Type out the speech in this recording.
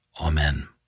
Amen